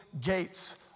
gates